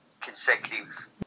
consecutive